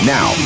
Now